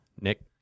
Nick